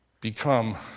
Become